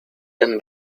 than